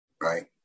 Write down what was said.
right